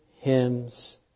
hymns